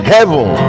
Heaven